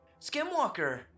Skimwalker